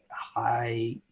high